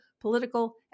political